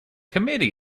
committee